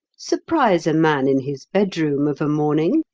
surprise a man in his bedroom of a morning,